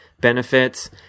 benefits